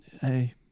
Hey